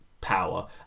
power